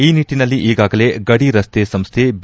ಈ ನಿಟ್ಟನಲ್ಲಿ ಈಗಾಗಲೇ ಗಡಿರಸ್ತೆ ಸಂಸ್ಥೆ ಬಿ